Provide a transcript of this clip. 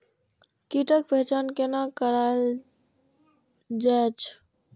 कीटक पहचान कैना कायल जैछ?